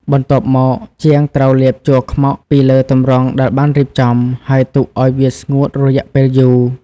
បន្ទាប់មក ជាងត្រូវ លាបជ័រខ្មុក ពីលើទម្រង់ដែលបានរៀបចំ ហើយទុកឱ្យវាស្ងួតរយៈពេលយូរ។